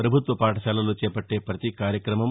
ప్రభుత్వ పాఠశాలల్లో చేపట్టే ప్రతి కార్యక్రమం